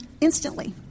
instantly